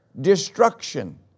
destruction